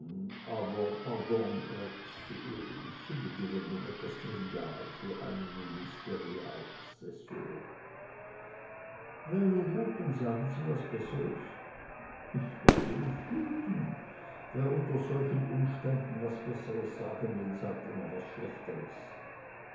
aber pardon rex ich finde die wendung etwas trivial für einen ministerialassessor nun gut dann sagen sie was besseres ich werde mich hüten wer unter solchen umständen was besseres sagen will sagt immer was schlechteres